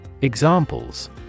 Examples